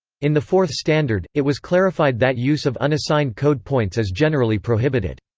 in the fourth standard, it was clarified that use of unassigned code points is generally prohibited.